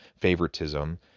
favoritism